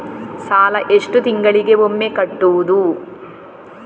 ಸಾಲ ಎಷ್ಟು ತಿಂಗಳಿಗೆ ಒಮ್ಮೆ ಕಟ್ಟುವುದು?